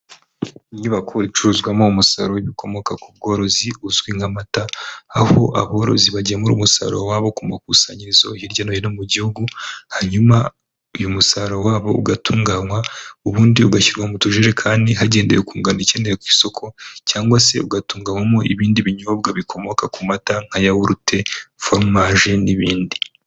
Inyubako icuruzwamo umusaruro w’ibikomoka ku bworozi uzwi nk’amata aho aborozi bagemura umusaruro wabo ku makusanyirizo hirya no hino mu gihugu hanyuma uyu musaruro wabo ugatunganywa ubundi ugashyirwa mu tujerekani hagendewe ku ngano ikenewe ku isoko cyangwa se ugatuganywamo ibindi binyobwa bikomoka ku mata nka yawurute foromaje n'ibindi.